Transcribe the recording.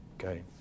Okay